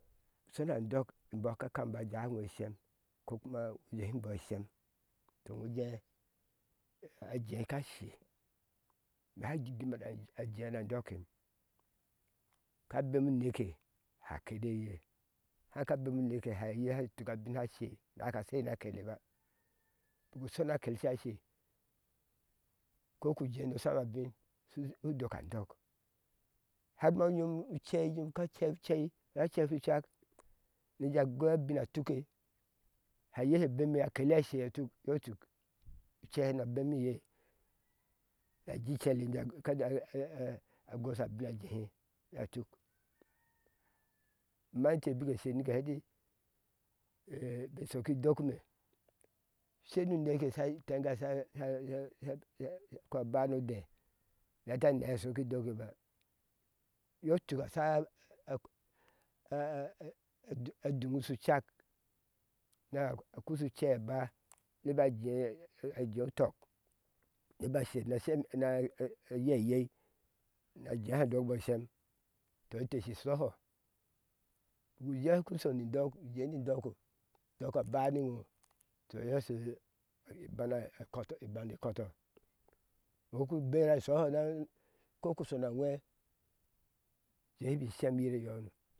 Shona andɔk boɔɔ ka kama ba jawi ŋo ishem ko kuma ujehin embɔ ishem to ŋo ujee ajei ka. she naji bine ajea na andoke ka bemu ne ke há kadai haka bemu uneke hɛi sha tuk abin sha she naka shei na akeleba bik usho ná a kele sha she naka shei na keleba biku shona kele shashe koku jee no shamabin shu dok an dɔk har ma unyom ucei nyom ka ceicei sha cei shu cak ni ajee goi abin a tuke hɛ ye she bemi akele ashe tuk yɔi tuk uce ha no abam ye naji icele nika je gosha abin ajehe ya tuk amma inte bi ke sher nike hɛ ɛti shoki doki meshei nu neke sha teŋgashe sha shasha sha koa bano dee ata nehe asho ki dokiba yɔi tuk a sha a a duŋ shu cak ná ku shu cei aba ni ba kee ajeu utɔk niba sher na shem na ayei yei na jeha adɔk bɔɔ shem tɔ inte shi shoho bik jee ku shoni ndɔk mdɔko aba ni ŋo tɔ iye ashu bana a kɔto ibane kɔtɔ iŋo ku bera ishoho naa koki shona awhee jehi bi shem yire yohono